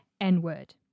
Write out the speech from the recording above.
N-word